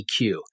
EQ